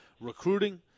recruiting